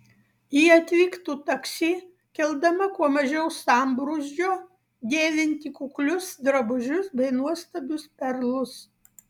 ji atvyktų taksi keldama kuo mažiau sambrūzdžio dėvinti kuklius drabužius bei nuostabius perlus